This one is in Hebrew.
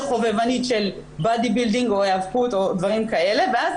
חובבנית של באדי בילדינג או היאבקות או דברים כאלה ואז